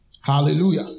Hallelujah